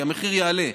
כי המחיר יעלה,